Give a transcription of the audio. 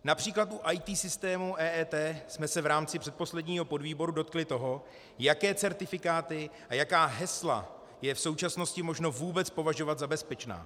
Například u IT systémů EET jsme se v rámci předposledního podvýboru dotkli toho, jaké certifikáty a jaká hesla je v současnosti možno vůbec považovat za bezpečná.